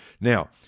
Now